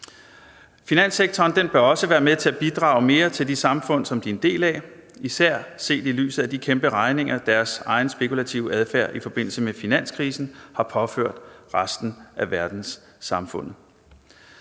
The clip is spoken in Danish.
Finanssektoren bør også være med til at bidrage mere til de samfund, som den er en del af, især set i lyset af de kæmpe regninger, som deres egen spekulative adfærd i forbindelse med finanskrisen har påført resten af verdenssamfundet.